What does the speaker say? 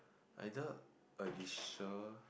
either Alicia